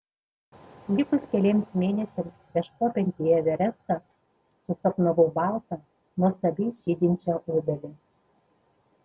likus keliems mėnesiams prieš kopiant į everestą susapnavau baltą nuostabiai žydinčią obelį